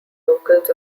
locals